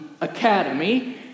academy